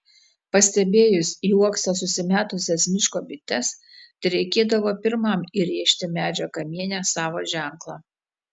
pastebėjus į uoksą susimetusias miško bites tereikėdavo pirmam įrėžti medžio kamiene savo ženklą